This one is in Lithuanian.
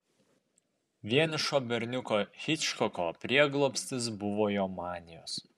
vienišo berniuko hičkoko prieglobstis buvo jo manijos